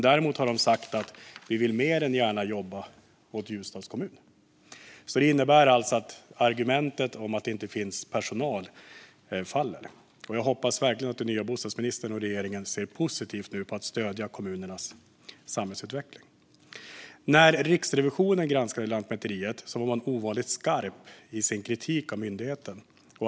Däremot har de sagt att de mer än gärna vill jobba för kommunen. Det innebär alltså att argumentet om att det inte finns personal faller. Jag hoppas verkligen att den nya bostadsministern och regeringen nu ser positivt på att stödja kommunernas samhällsutveckling. När Riksrevisionen granskade Lantmäteriet var man ovanligt skarp i sin kritik av myndigheten.